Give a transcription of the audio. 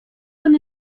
con